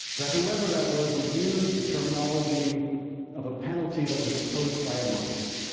that who ever that was, would use the terminology of a penalty that was imposed by a monarch,